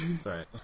Sorry